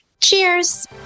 Cheers